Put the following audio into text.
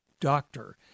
doctor